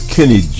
Kenny